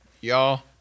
y'all